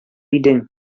идең